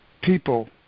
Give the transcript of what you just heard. people